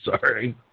Sorry